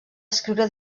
escriure